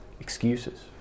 Excuses